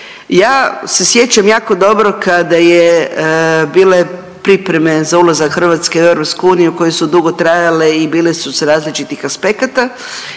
Ja se sjećam jako dobro kada je bile pripreme za ulazak Hrvatske u EU koje su dugo trajale i bile su s različitih aspekata,